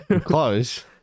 Close